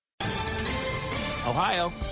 Ohio